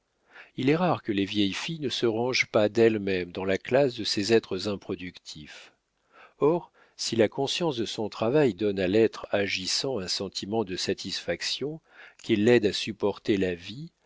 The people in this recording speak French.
il est rare que les vieilles filles ne se rangent pas d'elles-mêmes dans la classe de ces êtres improductifs or si la conscience de son travail donne à l'être agissant un sentiment de satisfaction qui l'aide à supporter la vie